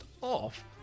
off